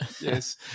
Yes